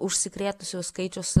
užsikrėtusiųjų skaičius